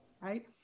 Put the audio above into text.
right